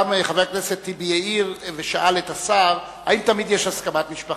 גם חבר הכנסת טיבי העיר ושאל את השר אם תמיד יש הסכמת משפחה.